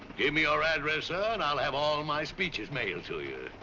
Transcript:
give me your address, sir and i'll have all my speeches mailed to you.